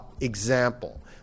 Example